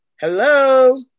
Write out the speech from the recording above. Hello